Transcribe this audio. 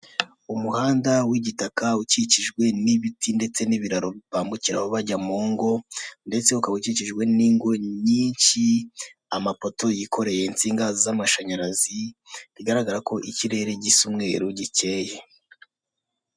Umuhanda w'igitaka ukikijwe n'ibiti ndetse n'ibiraro bambukiraho bajya mu ngo, ndetse ukaba ukikijwe n'ingo nyinshi, amapoto yikoreye insinga z'amashanyarazi, bigaragara ko ikirere gisa umweru, gikeyeye.